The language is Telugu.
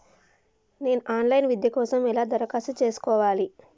నేను ఆన్ లైన్ విద్య కోసం ఎలా దరఖాస్తు చేసుకోవాలి?